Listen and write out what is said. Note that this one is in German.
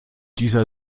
dieser